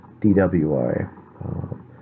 DWI